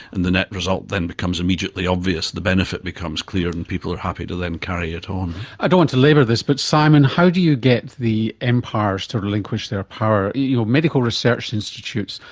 and the net result then becomes immediately obvious, the benefit becomes clear and people are happy to then carry it on. i don't want to labour this but, simon, how do you get the empires to relinquish their power? your medical research institutes,